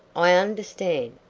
i understand.